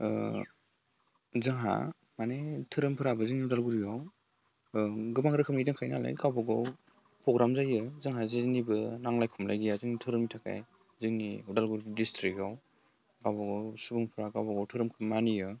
जोंहा माने धोरोमफोराबो जोंनि उदालगुरियाव गोबां रोखोमनि थाखाय नालाय गावबा गाव प्रग्राम जायो जोंहा जेनिबो नांलाय खमलाय गैया जों धोरोमनि थाखाय जोंनि अदालगुरि डिस्ट्रिकआव गावबा गाव सुबुंफ्रा गावबा गाव धोरोमखौ मानियो